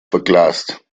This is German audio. verglast